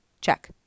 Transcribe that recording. Check